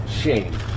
shame